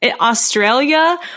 Australia